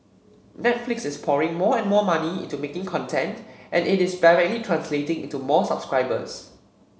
Netflix is pouring more and more money into making content and it is directly translating into more subscribers